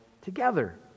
together